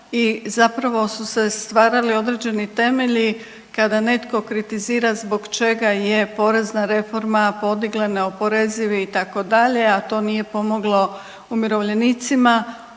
i zapravo su se stvarali određeni temelji kada netko kritizira zbog čega je porezna reforma podigla neoporezivi itd., a to nije pomoglo umirovljenicima.